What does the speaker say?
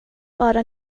bara